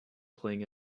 playing